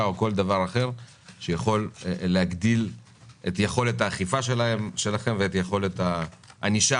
או בכל דבר אחר שיכול להגדיל את יכולת האכיפה שלכם ואת יכולת הענישה,